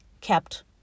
kept